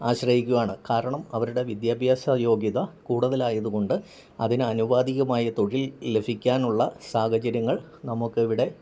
ആശ്രയിക്കുകയാണ് കാരണം അവരുടെ വിദ്യാഭ്യാസ യോഗ്യത കൂടുതലായതുകൊണ്ട് അതിന് ആനുപാതികമായ തൊഴിൽ ലഭിക്കാനുള്ള സാഹചര്യങ്ങൾ നമുക്കിവിടെ